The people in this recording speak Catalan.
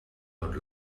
tot